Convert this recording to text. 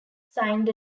signed